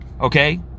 Okay